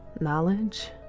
knowledge